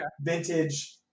vintage